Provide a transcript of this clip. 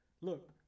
Look